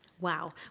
wow